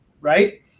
right